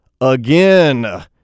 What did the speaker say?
again